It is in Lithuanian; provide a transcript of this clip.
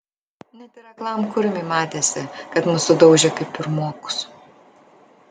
net ir aklam kurmiui matėsi kad mus sudaužė kaip pirmokus